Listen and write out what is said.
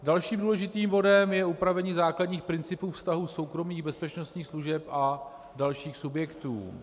Dalším důležitým bodem je upravení základních principů vztahu soukromých bezpečnostních služeb a dalších subjektů.